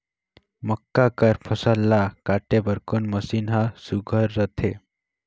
मक्का कर फसल ला काटे बर कोन मशीन ह सुघ्घर रथे?